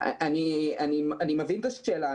אני מבין את השאלה.